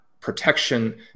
protection